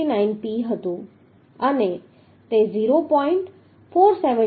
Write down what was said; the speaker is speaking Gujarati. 599P હતું અને તે 0